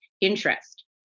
interest